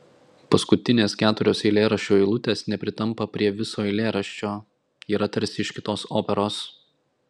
paskutinės keturios eilėraščio eilutės nepritampa prie viso eilėraščio yra tarsi iš kitos operos